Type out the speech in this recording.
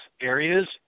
areas